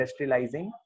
industrializing